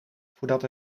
voordat